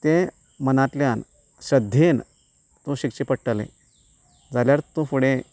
तें मनांतल्यान श्रद्धेन तूं शिकचें पडटलें जाल्यार तूं फुडें